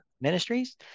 Ministries